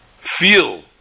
feel